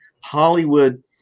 Hollywood